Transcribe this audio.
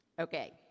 Okay